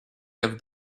have